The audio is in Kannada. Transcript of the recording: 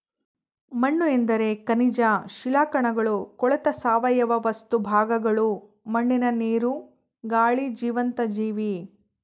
ಮಣ್ಣುಎಂದರೆ ಖನಿಜ ಶಿಲಾಕಣಗಳು ಕೊಳೆತ ಸಾವಯವ ವಸ್ತು ಭಾಗಗಳು ಮಣ್ಣಿನ ನೀರು, ಗಾಳಿ ಜೀವಂತ ಜೀವಿ